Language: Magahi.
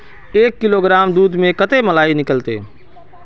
एक किलोग्राम दूध में कते मलाई निकलते?